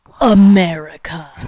America